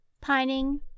pining